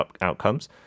outcomes